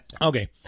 Okay